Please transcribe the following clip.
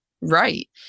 right